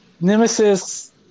nemesis